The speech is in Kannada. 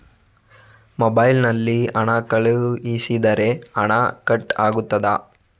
ಮೊಬೈಲ್ ನಲ್ಲಿ ಹಣ ಕಳುಹಿಸಿದರೆ ಹಣ ಕಟ್ ಆಗುತ್ತದಾ?